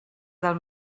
del